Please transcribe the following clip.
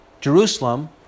Jerusalem